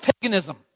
paganism